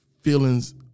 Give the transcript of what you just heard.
feelings